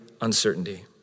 uncertainty